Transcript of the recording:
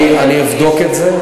אני אבדוק את זה,